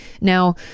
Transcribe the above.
Now